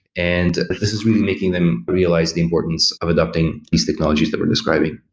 and this is really making them realize the importance of adapting these technologies that we're describing.